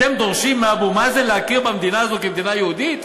אתם דורשים מאבו מאזן להכיר במדינה הזאת כמדינה יהודית.